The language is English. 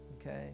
Okay